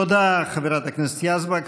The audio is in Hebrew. תודה, חברת הכנסת יזבק.